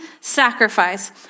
sacrifice